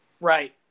Right